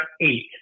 eight